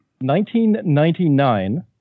1999